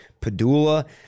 Padula